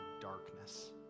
darkness